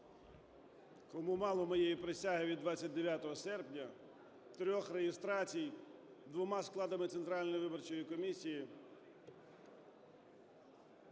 Кому мало моєї присяги від 29 серпня, трьох реєстрацій двома складами Центральної виборчої комісії,